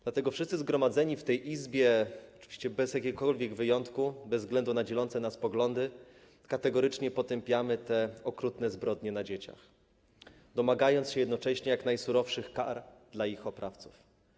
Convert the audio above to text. Dlatego wszyscy zgromadzeni w tej Izbie, bez jakiegokolwiek wyjątku, bez względu na dzielące nas poglądy, kategorycznie potępiamy te okrutne zbrodnie na dzieciach, domagając się jednocześnie jak najsurowszych kar dla ich oprawców.